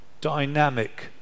dynamic